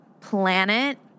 planet